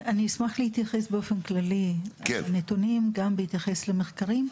אני אשמח להתייחס באופן כללי לנתונים וגם בהתייחס למחקרים.